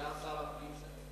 שר הפנים.